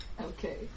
Okay